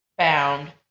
Found